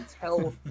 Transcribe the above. tell